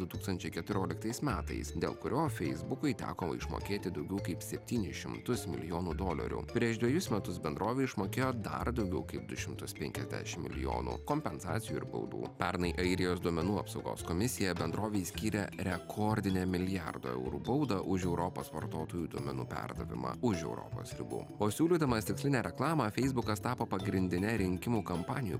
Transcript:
du tūkstančiai keturioliktais metais dėl kurio feisbukui teko išmokėti daugiau kaip septynis šimtus milijonų dolerių prieš dvejus metus bendrovė išmokėjo dar daugiau kaip du šimtus penkiasdešim milijonų kompensacijų ir baudų pernai airijos duomenų apsaugos komisija bendrovei skyrė rekordinę milijardo eurų baudą už europos vartotojų duomenų perdavimą už europos ribų o siūlydamas tikslinę reklamą feisbukas tapo pagrindine rinkimų kampanijų